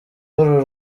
w’uru